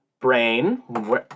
Brain